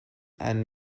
and